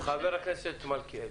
חבר הכנסת מלכיאלי.